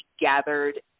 gathered